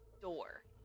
door